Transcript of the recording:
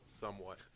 somewhat